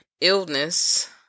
illness